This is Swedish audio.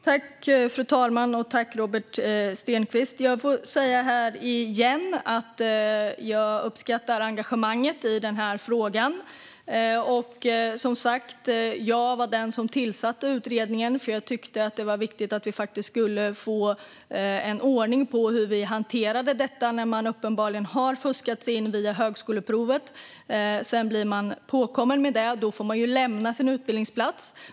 Fru talman! Tack, Robert Stenkvist! Jag säger igen att jag uppskattar engagemanget i frågan. Det var som sagt jag som tillsatte utredningen, eftersom jag tyckte att det var viktigt att få ordning på hur vi hanterar detta. När man uppenbarligen har fuskat sig in via högskoleprovet och blir påkommen med det får man lämna sin utbildningsplats.